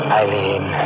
Eileen